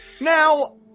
Now